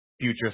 future